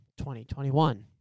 2021